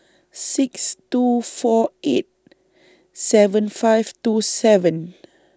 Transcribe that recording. six two four eight seven five two seven